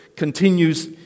continues